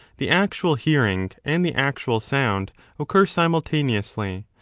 the actual hearing and the actual sound occur simultaneously,